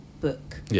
book